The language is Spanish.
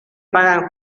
pagan